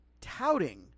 touting